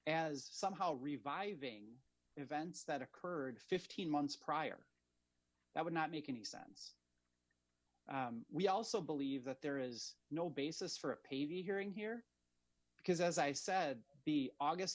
as somehow reviving events that occurred fifteen months prior that would not make any sense we also believe that there is no basis for a pavey hearing here because as i said the august